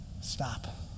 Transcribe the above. stop